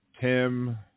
Tim